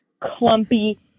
clumpy